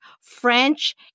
French